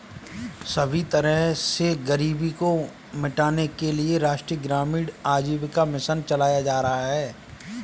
सभी तरह से गरीबी को मिटाने के लिये राष्ट्रीय ग्रामीण आजीविका मिशन चलाया जा रहा है